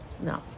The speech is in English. No